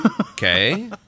Okay